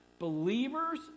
Believers